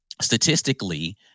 statistically